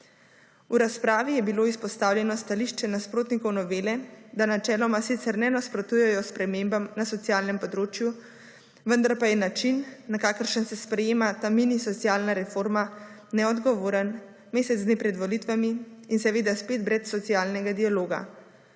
V razpravi je bilo izpostavljeno stališče nasprotnikov novele, da načeloma sicer ne nasprotujejo spremembam na socialnem področju, vendar pa je način na kakršen se sprejema ta mini socialna reforma neodgovoren, mesec dni pred volitvami in seveda spet brez socialnega dialoga.